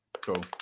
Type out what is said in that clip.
Cool